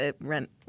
Rent